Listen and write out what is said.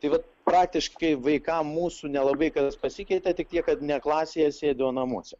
tai va praktiškai vaikam mūsų nelabai kas pasikeitė tik tiek kad ne klasėje sėdi o namuose